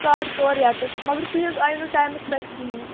ساڑٕ ژور ییٚتَس مگر تُہۍ حظ آیو نہٕ ٹایمَس پٮ۪ٹھ کِہیٖنۍ